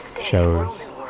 shows